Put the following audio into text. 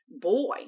Boy